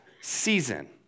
season